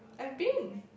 I've been